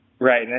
Right